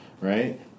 right